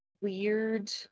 weird